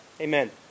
Amen